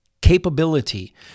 capability